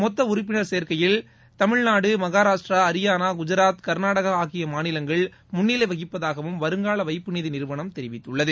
மொத்த உறுப்பினர் சேர்க்கையில் தமிழ்நாடு மகாராஷ்டிரா அரியானா குஜராத் கர்நாடகா ஆகிய மாநிலங்கள் முன்னிலை வகிப்பதாகவும் வருங்கால வைப்புநிதி நிறுவனம் தெரிவித்துள்ளது